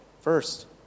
first